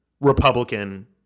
Republican